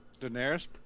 Daenerys